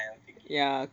ya